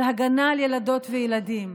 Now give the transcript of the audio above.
על הגנה על ילדות וילדים,